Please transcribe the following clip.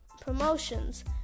promotions